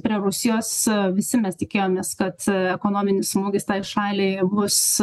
prie rusijos visi mes tikėjomės kad ekonominis smūgis tai šaliai bus